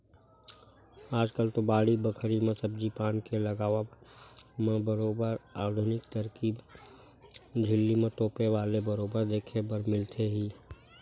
आजकल तो बाड़ी बखरी म सब्जी पान के लगावब म बरोबर आधुनिक तरकीब झिल्ली म तोपे वाले बरोबर देखे बर मिलथे ही